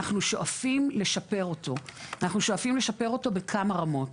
אנחנו שואפים לשפר אותו בכמה רמות.